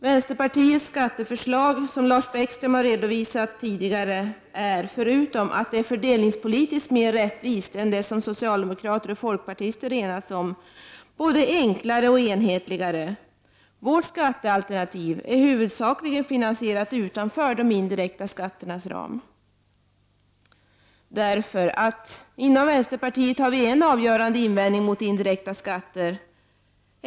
Vänsterpartiets skatteförslag — som Lars Bäckström har redovisat tidigare — är, förutom att det är fördelningspolitiskt mer rättvist än det som socialdemokrater och folkpartister har enats om, både enklare och enhetligare. Vårt skatteförslag är huvudsakligen finansierat utanför de indirekta skatternas ram. Inom vänsterpartiet har vi en avgörande invändning mot indirekta skatter.